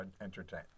entertain